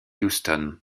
houston